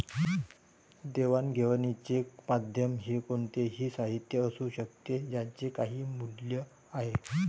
देवाणघेवाणीचे माध्यम हे कोणतेही साहित्य असू शकते ज्याचे काही मूल्य आहे